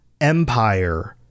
empire